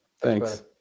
Thanks